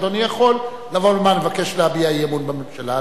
אדוני יכול לבקש להביע אי-אמון בממשלה,